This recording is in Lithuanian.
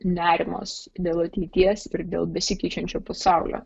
nerimas dėl ateities ir dėl besikeičiančio pasaulio